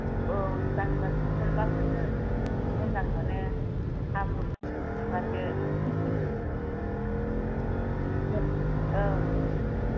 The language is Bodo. औ जांख्रा जानो मोनबासो मोजां मोनो हाब्रु फुननो मोनबासो औ